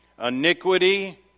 Iniquity